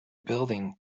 building